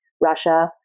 Russia